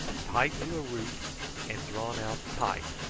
tied to a root and drawn out tight,